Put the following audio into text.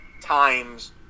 times